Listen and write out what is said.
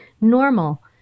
normal